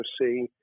see